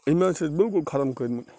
أمۍ حظ چھِ أسۍ بلکُل ختٕم کٔرۍمٕتۍ